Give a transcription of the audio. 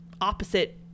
opposite